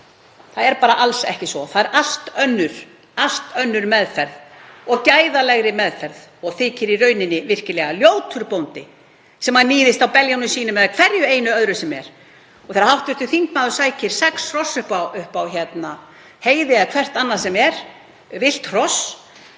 Það er bara alls ekki svo. Það er allt önnur meðferð og gæðalegri meðferð. Það þykir í rauninni virkilega ljótur bóndi sem níðist á kúnum sínum eða hverju öðru. Og þegar hv. þingmaður sækir sex hross upp á heiði eða hvert sem er annað, villt hross